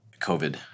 COVID